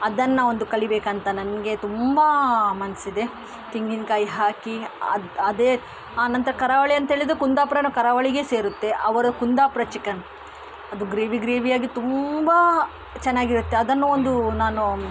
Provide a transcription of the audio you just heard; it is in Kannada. ಅದನ್ನು ಒಂದು ಕಲಿಯಬೇಕಂತ ನನಗೆ ತುಂಬ ಮನಸಿದೆ ತೆಂಗಿನಕಾಯಿ ಹಾಕಿ ಅದು ಅದೇ ಆ ನಂತರ ಕರಾವಳಿ ಅಂತೇಳಿದರೆ ಕುಂದಾಪುರನೂ ಕರಾವಳಿಗೆ ಸೇರುತ್ತೆ ಅವರು ಕುಂದಾಪುರ ಚಿಕನ್ ಅದು ಗ್ರೇವಿ ಗ್ರೇವಿಯಾಗಿ ತುಂಬ ಚನ್ನಾಗಿರುತ್ತೆ ಅದನ್ನು ಒಂದು ನಾನು